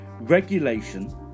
regulation